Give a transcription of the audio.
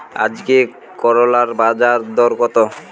আজকে করলার বাজারদর কত?